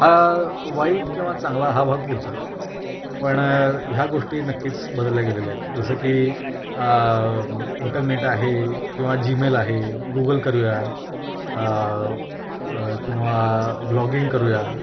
हा वाईट किंवा चांगला हा भाग पुढचा पण ह्या गोष्टी नक्कीच बदलल्या गेलेल्या आहेत जसं की इंटरनेट आहे किंवा जीमेल आहे गूगल करूया किंवा व्ह्लॉगिंग करूया